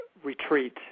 retreat